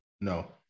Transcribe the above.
No